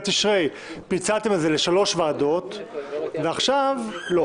תשרי פיצלתם את זה ל-3 ועדות ועכשיו לא.